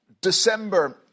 December